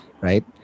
right